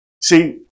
See